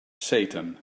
satan